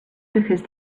because